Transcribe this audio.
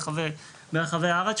קודם כל באמת הפיזור של המשרות בארץ,